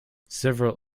several